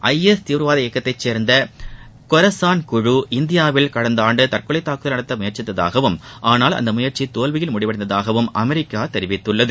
ஐ S தீவிரவாத இயக்கத்தை சேர்ந்த கொரசான் குழு இந்தியாவில் கடந்த ஆண்டு தற்கொலைத் தாக்குதல் நடத்த முயற்சித்தாகவும் ஆனால் அந்த முயற்சி தோல்வியில் முடிந்ததாகவும் அமெரிக்க தெரிவித்துள்ளது